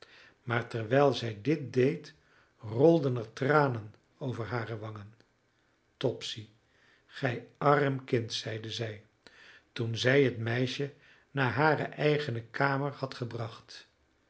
maar terwijl zij dit deed rolden er tranen over hare wangen topsy gij arm kind zeide zij toen zij het meisje naar hare eigene kamer had gebracht